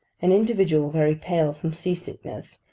an individual very pale from sea sickness,